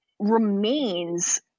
Remains